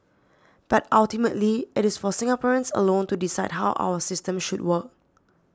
but ultimately it is for Singaporeans alone to decide how our system should work